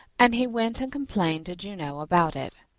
and he went and complained to juno about it.